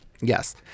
Yes